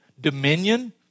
dominion